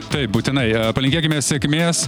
taip būtinai palinkėkime sėkmės